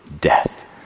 death